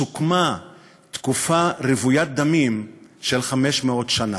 סוכמה תקופה רוויית דמים של 500 שנה.